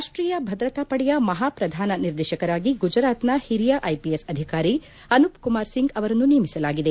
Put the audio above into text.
ರಾಷ್ಷೀಯ ಭದ್ರತಾ ಪಡೆಯ ಮಹಾಪ್ರಧಾನ ನಿರ್ದೇಶಕರಾಗಿ ಗುಜರಾತ್ನ ಹಿರಿಯ ಐಪಿಎಸ್ ಅಧಿಕಾರಿ ಅನುಪ್ ಕುಮಾರ್ ಸಿಂಗ್ ಅವರನ್ನು ನೇಮಿಸಲಾಗಿದೆ